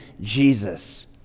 Jesus